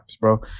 bro